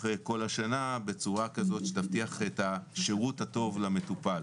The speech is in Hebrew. כל השנה בצורה כזאת שתבטיח את השירות הטוב למטופל.